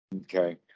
okay